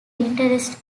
interest